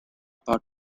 part